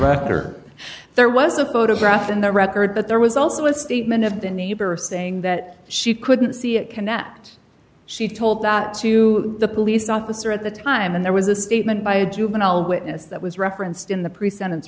tractor there was a photograph in the record but there was also a statement of the neighbor saying that she couldn't see it connect she told that to the police officer at the time and there was a statement by a juvenile witness that was referenced in the pre sentence